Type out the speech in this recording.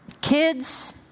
kids